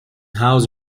house